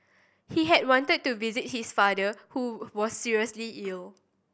he had wanted to visit his father who was seriously ill